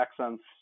accents